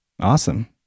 Awesome